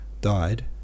Died